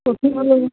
ਗੱਲ ਆ ਜੀ